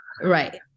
Right